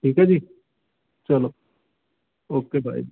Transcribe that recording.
ਠੀਕ ਹੈ ਜੀ ਚਲੋ ਓਕੇ ਬਾਏ